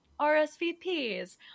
RSVPs